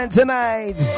tonight